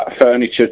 furniture